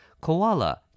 Koala